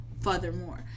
furthermore